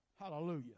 Hallelujah